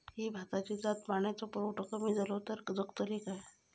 ही भाताची जात पाण्याचो पुरवठो कमी जलो तर जगतली काय?